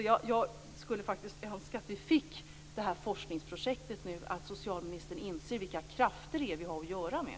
Därför skulle jag faktiskt önska att vi fick det här forskningsprojektet och att socialministern inser vilka krafter det är vi har att göra med.